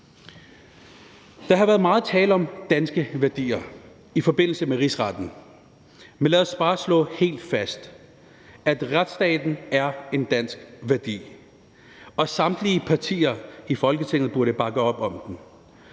Der har været meget tale om danske værdier i forbindelse med Rigsretten, men lad os bare slå helt fast, at retsstaten er en dansk værdi, som samtlige partier i Folketinget burde bakke op om.